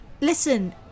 Listen